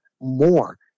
more